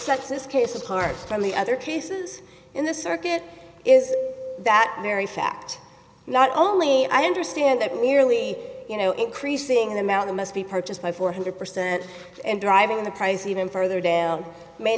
this case apart from the other cases in the circuit is that very fact not only i understand that merely you know increasing the amount that must be purchased by four hundred percent and driving the price even further down may